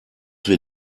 wir